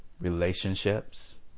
relationships